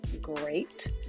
great